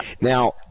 Now